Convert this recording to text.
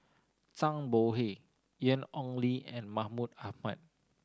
Zhang Bohe Ian Ong Li and Mahmud Ahmad